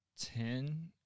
ten